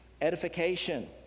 edification